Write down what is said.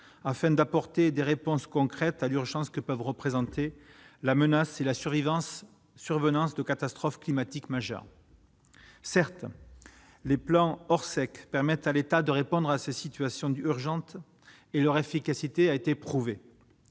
afin d'apporter des réponses concrètes à la menace de la survenance de catastrophes climatiques majeures. Certes, les plans Orsec permettent à l'État de répondre à ces situations d'urgence et leur efficacité a été prouvée.